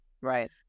Right